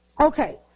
okay